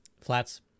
Flats